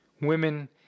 women